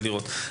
ולראות.